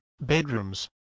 bedrooms